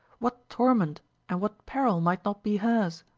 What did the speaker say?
what torment and what peril might not be hers?